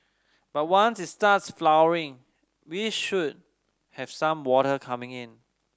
but once it starts flowering we should have some water coming in